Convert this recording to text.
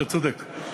אתה צודק.